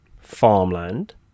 farmland